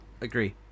Agree